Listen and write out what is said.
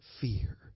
fear